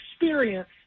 experience